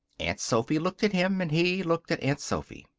aunt sophy looked at him and he looked at aunt sophy.